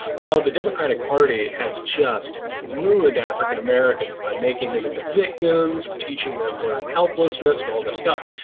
well, the democratic party has just ruined african-americans by making them into victims and teaching them learned helplessness and all this stuff.